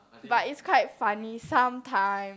but it's quite funny sometimes